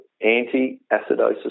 anti-acidosis